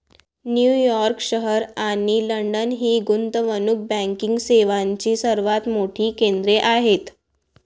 New York शहर आणि London ही गुंतवणूक बँकिंग सेवांची सर्वात मोठी केंद्रे आहेत